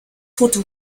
tote